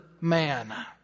man